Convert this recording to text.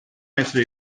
metre